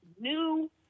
new